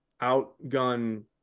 outgun